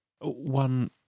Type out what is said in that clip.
One